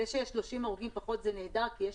זה שיש 30 הרוגים פחות זה נהדר כי יש